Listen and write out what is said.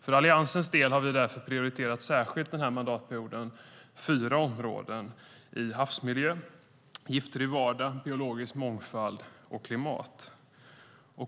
För Alliansens del har vi därför den här mandatperioden särskilt prioriterat fyra områden: havsmiljö, giftfri vardag, biologisk mångfald och klimat.